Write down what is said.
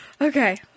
Okay